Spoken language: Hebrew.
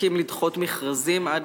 הסכים לדחות מכרזים עד